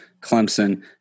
Clemson